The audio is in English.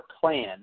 plan